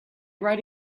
write